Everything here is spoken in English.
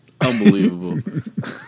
Unbelievable